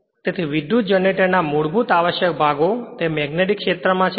તેથી વિદ્યુત જનરેટરના મૂળભૂત આવશ્યક ભાગો તે મેગ્નેટીકક્ષેત્રમાં છે